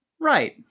right